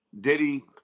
Diddy